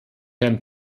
herrn